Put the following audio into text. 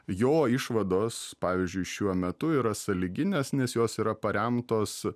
jo išvados pavyzdžiui šiuo metu yra sąlyginės nes jos yra paremtos